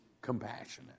compassionate